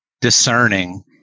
discerning